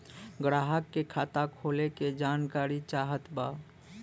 ग्राहक के खाता खोले के जानकारी चाहत बा?